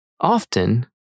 Often